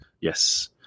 Yes